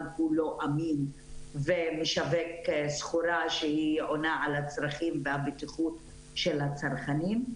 כולו אמין ומשווק סחורה שעונה על הצרכים והבטיחות של הצרכנים.